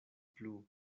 plu